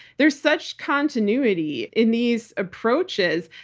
there's such continuity in these approaches.